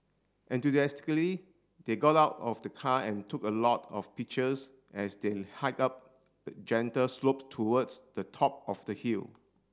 enthusiastically they got out of the car and took a lot of pictures as they hiked up the gentle slope towards the top of the hill